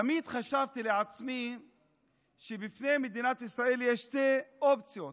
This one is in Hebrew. תמיד חשבתי לעצמי שבפני מדינת ישראל יש שתי אופציות,